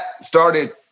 started